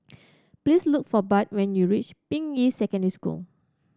please look for Bud when you reach Ping Yi Secondary School